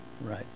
Right